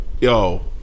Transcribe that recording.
Yo